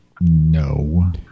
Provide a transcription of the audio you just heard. No